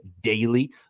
daily